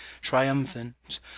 triumphant